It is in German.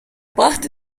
brachte